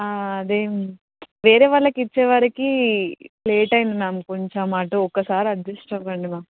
అది ఏమి వేరే వాళ్ళకి ఇచ్చేవరికి లేట్ అయింది మ్యామ్ కొంచెం అటు ఒకసారి అడ్జస్ట్ అవ్వండి మ్యామ్